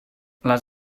les